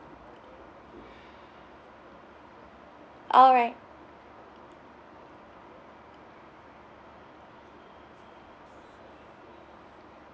alright